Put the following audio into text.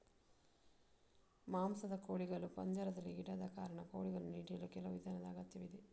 ಮಾಂಸದ ಕೋಳಿಗಳನ್ನು ಪಂಜರದಲ್ಲಿ ಇಡದ ಕಾರಣ, ಕೋಳಿಗಳನ್ನು ಹಿಡಿಯಲು ಕೆಲವು ವಿಧಾನದ ಅಗತ್ಯವಿದೆ